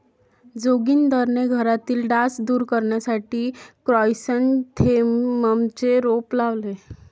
जोगिंदरने घरातील डास दूर करण्यासाठी क्रायसॅन्थेममचे रोप लावले